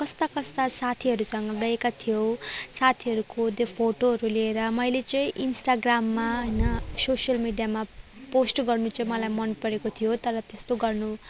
कस्ता कस्ता साथीहरूसँग गएका थियौँ साथीहरूको त्यो फोटोहरू लिएर मैले चाहिँ इन्स्टाग्राममा होइन सोसियल मिडियामा पोस्ट गर्नु चाहिँ मलाई मनपरेको थियो तर त्यस्तो गर्नु